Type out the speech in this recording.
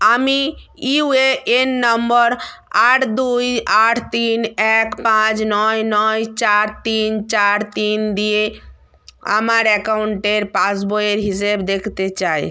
আমি ইউএএন নম্বর আট দুই আট তিন এক পাঁচ নয় নয় চার তিন চার তিন দিয়ে আমার অ্যাকাউন্টের পাসবইয়ের হিসেব দেখতে চাই